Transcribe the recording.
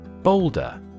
Boulder